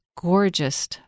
gorgeous